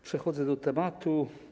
Przechodzę do tematu.